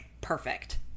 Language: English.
perfect